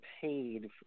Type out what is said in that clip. paid